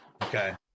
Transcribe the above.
Okay